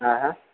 હા હા